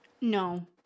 No